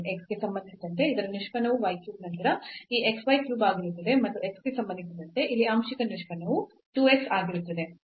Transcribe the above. x ಗೆ ಸಂಬಂಧಿಸಿದಂತೆ ಇದರ ನಿಷ್ಪನ್ನವು y cube ನಂತರ ಈ x y cube ಆಗಿರುತ್ತದೆ ಮತ್ತು x ಗೆ ಸಂಬಂಧಿಸಿದಂತೆ ಇಲ್ಲಿ ಆಂಶಿಕ ನಿಷ್ಪನ್ನವು 2 x ಆಗಿರುತ್ತದೆ